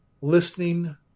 listening